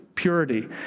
purity